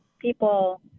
People